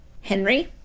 Henry